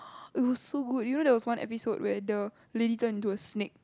it was so good you know there was one episode where the lady turn into a snake